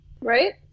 right